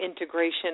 integration